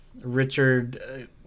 Richard